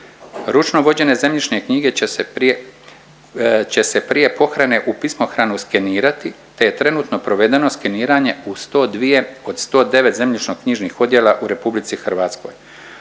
Ručno vođene zemljišne knjige će se prije pohrane u pismohranu skenirati te je trenutno provedeno skeniranje u 102 od 109 zemljišno-knjižnih odjela u RH.